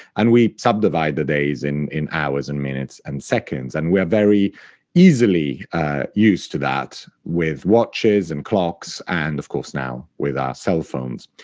and we subdivide the days in in hours and minutes and seconds. and we are very easily used to that with watches and clocks and, of course, now with our cell phones,